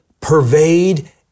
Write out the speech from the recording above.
pervade